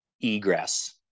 egress